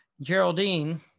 Geraldine